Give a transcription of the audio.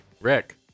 Rick